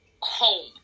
home